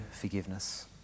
forgiveness